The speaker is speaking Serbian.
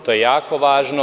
To je jako važno.